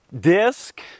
disc